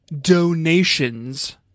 donations